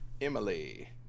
emily